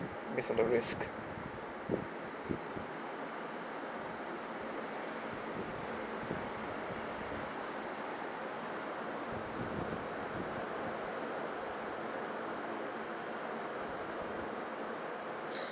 it's a no risk